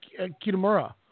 Kitamura